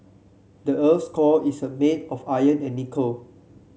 the earth's core is a made of iron and nickel